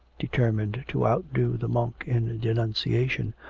determined to outdo the monk in denunciation,